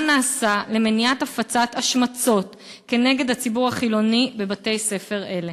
מה נעשה למניעת הפצת השמצות כנגד הציבור החילוני בבתי-ספר אלה?